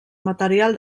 material